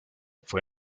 fue